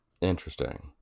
Interesting